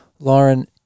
Lauren